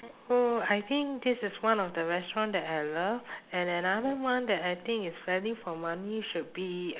so I think this is one of the restaurant that I love and another one that I think is value for money should be